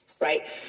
Right